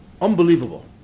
Unbelievable